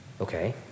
Okay